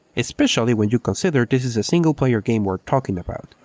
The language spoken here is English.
especially when you consider this is a single player game we are talking about.